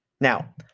Now